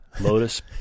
Lotus